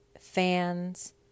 fans